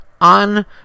on